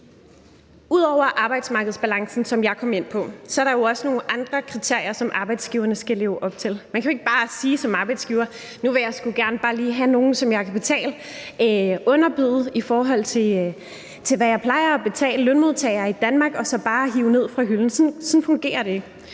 Ud over arbejdsmarkedsbalancen, som jeg kom ind på, er der også nogle andre kriterier, som arbejdsgiverne skal leve op til. Man kan jo ikke bare sige som arbejdsgiver: Nu vil jeg sgu gerne lige have nogle, som jeg kan underbyde, i forhold til hvad jeg plejer at betale lønmodtagere i Danmark. Det kan man jo ikke sige og så bare hive dem ned fra hylden – sådan fungerer det ikke.